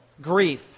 grief